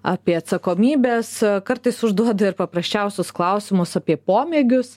apie atsakomybes kartais užduoda ir paprasčiausius klausimus apie pomėgius